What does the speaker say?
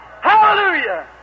Hallelujah